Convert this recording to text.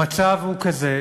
המצב הוא כזה